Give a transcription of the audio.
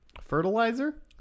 Fertilizer